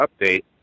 update